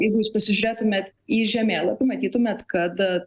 jeigu jūs pasižiūrėtumėt į žemėlapį matytumėt kad